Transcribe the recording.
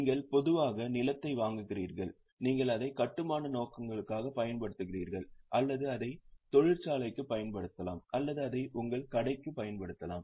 நீங்கள் பொதுவாக நிலத்தை வாங்குகிறீர்கள் நீங்கள் அதை கட்டுமான நோக்கங்களுக்காகப் பயன்படுத்துகிறீர்கள் அல்லது அதை தொழிற்சாலைக்கு பயன்படுத்தலாம் அல்லது அதை உங்கள் கடைக்கு பயன்படுத்தலாம்